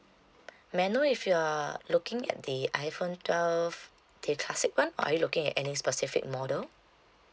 may I know if you are looking at the iphone twelve the classic [one] or are you looking at any specific model